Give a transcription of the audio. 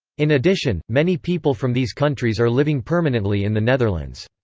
in addition, many people from these countries are living permanently in the netherlands.